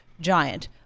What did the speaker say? giant